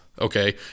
okay